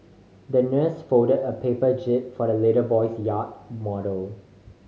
the nurse folded a paper jib for the little boy's yacht model